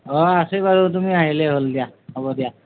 অঁ আছে বাৰু তুমি আহিলে হ'ল দিয়া হ'ব দিয়া